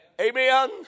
Amen